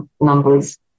numbers